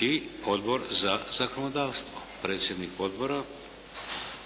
I Odbor za zakonodavstvo. Predsjednik odbora,